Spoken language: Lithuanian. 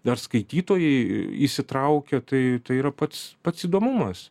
dar skaitytojai įsitraukia tai tai yra pats pats įdomumas